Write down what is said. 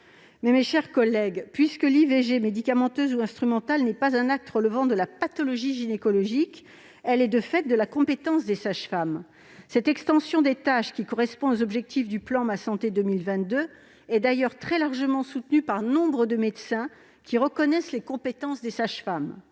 Mais, mes chers collègues, puisque l'IVG médicamenteuse ou instrumentale n'est pas un acte relevant de la pathologie gynécologique, elle est, de fait, de la compétence des sages-femmes ! Cette extension des tâches, qui correspond aux objectifs du plan Ma santé 2022, est d'ailleurs très largement soutenue par nombre de médecins, qui reconnaissent les compétences des sages-femmes.